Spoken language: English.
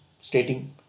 stating